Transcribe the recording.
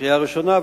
לקריאה הראשונה.